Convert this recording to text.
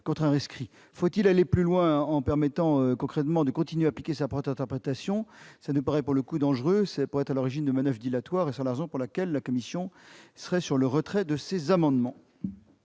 contre un rescrit. Aller plus loin en permettant concrètement de continuer à appliquer sa propre interprétation nous paraît dangereux et pourrait être à l'origine de manoeuvres dilatoires. C'est la raison pour laquelle la commission demande le retrait de ces amendements.